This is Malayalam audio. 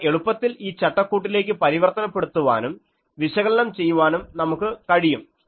അവ എളുപ്പത്തിൽ ഈ ചട്ടക്കൂട്ടിലേക്ക് പരിവർത്തനപ്പെടുത്താനും വിശകലനം ചെയ്യുവാനും നമുക്ക് കഴിയും